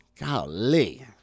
Golly